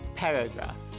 paragraph